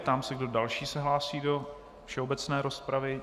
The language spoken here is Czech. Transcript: Ptám se, kdo další se hlásí do obecné rozpravy.